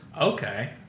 Okay